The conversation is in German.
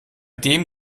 dem